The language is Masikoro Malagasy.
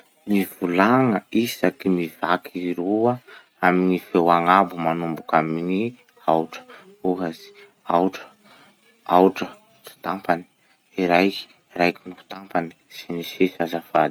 Mivolagna isa kimivaky roa amy gny feo agnabo manomboky amy gny aotra. Ohatsy: aotra, aotra sy tampany, iraky, iraiky noho tampany, sy ny sisa azafady.